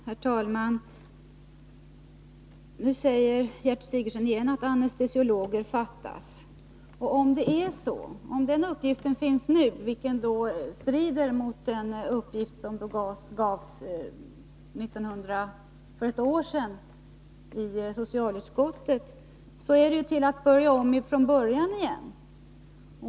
Herr talman! Nu upprepade Gertrud Sigurdsen att det fattas anestesiologer. Om denna uppgift är riktig — den strider i så fall mot den uppgift som lämnades för ett år sedan i socialutskottet — blir det ju att börja från början igen.